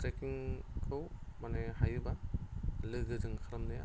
ट्रेक्किंखौ माने हायोबा लोगोजों खालामनाया